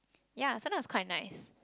yeah sometimes is quite nice